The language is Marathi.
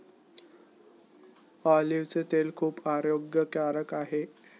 ऑलिव्हचे तेल खूप आरोग्यकारक आहे